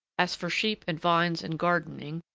as for sheep and vines and gardening,